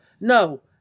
no